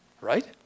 Right